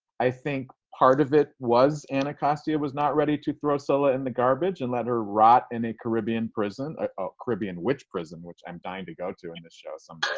i think part of it was anacostia was not ready to throw scylla in the garbage and let her rot in a caribbean prison. a caribbean witch prison, which i'm dying to go to in the show some